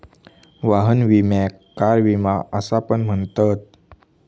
वाहन विम्याक कार विमा असा पण म्हणतत